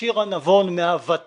שירה נבון מה-ות"ת,